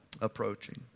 approaching